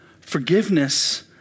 Forgiveness